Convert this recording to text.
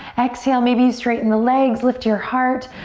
exhale, maybe you straighten the legs. lift your heart.